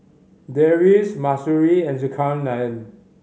Deris Mahsuri and Zulkarnain